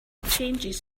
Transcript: changes